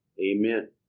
Amen